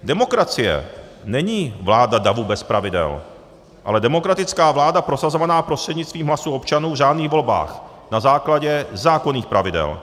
Demokracie není vláda davu bez pravidel, ale demokratická vláda prosazovaná prostřednictvím hlasů občanů v řádných volbách na základě zákonných pravidel.